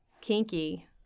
Kinky